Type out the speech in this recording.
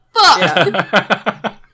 Fuck